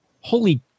holy